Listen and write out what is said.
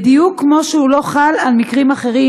בדיוק כמו שהוא לא חל על מקרים אחרים